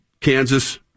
Kansas